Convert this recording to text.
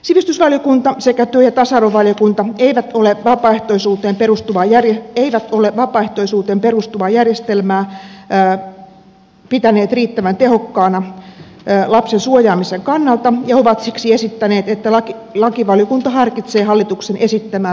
sivistysvaliokunta sekä työ ja tasa arvovaliokunta eivät tule vapaaehtoisuuteen perustuva jari eivät ole vapaaehtoisuuteen perustuvaa järjestelmää pitäneet riittävän tehokkaana lapsen suojaamisen kannalta ja ovat siksi esittäneet että lakivaliokunta harkitsee hallituksen esittämää vapaaehtoisuutta